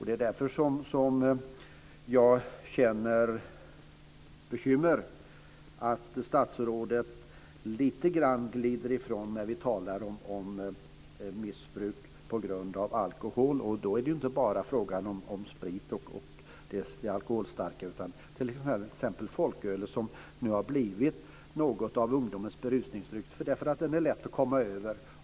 Det är därför som jag är bekymrad över att statsrådet lite grann glider ifrån när vi talar om missbruk av alkohol. Det är inte bara fråga om sprit och alkoholstarka drycker. Det handlar även om t.ex. folkölet som nu har blivit något av ungdomens berusningsdryck, eftersom det är lätt att komma över.